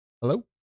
Hello